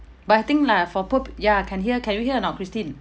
but I think lah for prop~ ya can hear can you hear or not christine